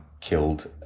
killed